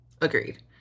Agreed